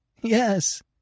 Yes